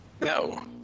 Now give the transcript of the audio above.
No